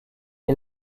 est